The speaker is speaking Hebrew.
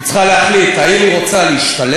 היא צריכה להחליט אם היא רוצה להשתלב